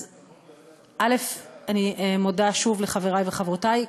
אז אני מודה שוב לחברי וחברותי,